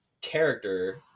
character